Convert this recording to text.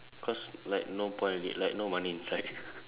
cause like no point with it like no money inside